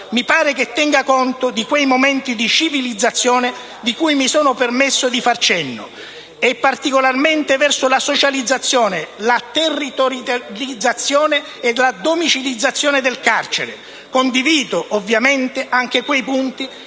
mi pare che tenga conto di quei momenti di civilizzazione di cui mi sono permesso di dar cenno e, particolarmente verso la socializzazione, la territorializzazione e domiciliazione del carcere; condivido ovviamente anche quei punti